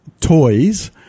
toys